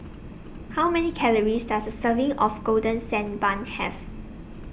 How Many Calories Does A Serving of Golden Sand Bun Have